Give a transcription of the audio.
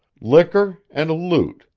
liquor, and loot,